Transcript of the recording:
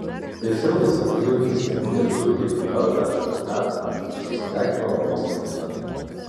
tai filmas apie jaunystę lietuvių hipių kartą apie metą kai susidegino romas kalanta